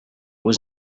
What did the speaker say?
was